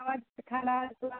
খাবার ঢালা দেওয়া